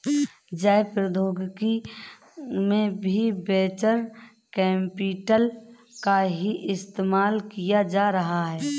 जैव प्रौद्योगिकी में भी वेंचर कैपिटल का ही इस्तेमाल किया जा रहा है